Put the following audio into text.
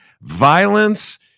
violence